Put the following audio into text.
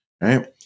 right